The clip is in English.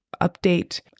update